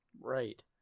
Right